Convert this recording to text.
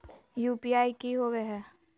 UPI की होवे हय?